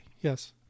Yes